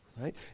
right